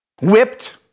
whipped